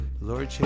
Lord